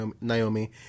naomi